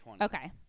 Okay